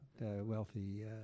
wealthy